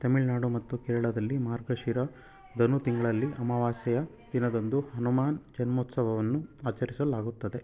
ತಮಿಳ್ನಾಡು ಮತ್ತು ಕೇರಳದಲ್ಲಿ ಮಾರ್ಗಶಿರ ಧನು ತಿಂಗಳಲ್ಲಿ ಅಮಾವಾಸ್ಯೆಯ ದಿನದಂದು ಹನುಮಾನ ಜನ್ಮೋತ್ಸವವನ್ನು ಆಚರಿಸಲಾಗುತ್ತದೆ